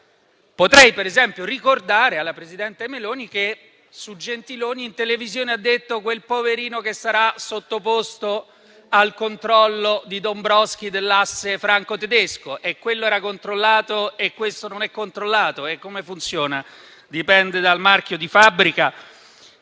Però potrei ricordare alla presidente Meloni che lei, su Gentiloni, in televisione ha detto: quel poverino che sarà sottoposto al controllo di Dombrowskis e dell'asse franco-tedesco. Allora, Gentiloni era controllato e Fitto non è controllato. Ma come funziona? Dipende dal marchio di fabbrica?